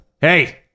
hey